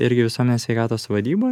irgi visuomenės sveikatos vadyboj